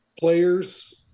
players